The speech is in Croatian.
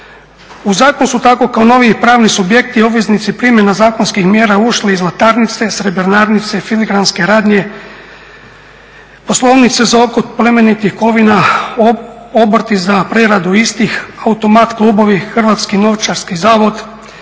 U zakon su tako kao novi pravni subjekti obveznici primjena zakonskih mjera ušle i zlatarnice, filigranske radnje, poslovnice za otkup plemenitih kovina, obrti za preradu istih, automat klubovima, Hrvatski novčarski zavod,